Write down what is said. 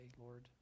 Lord